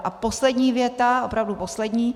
A poslední věta, opravdu poslední.